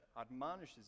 admonishes